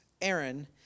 Aaron